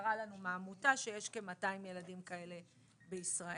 שנמסרה לנו מהעמותה שיש כ-200 ילדים כאלה בישראל.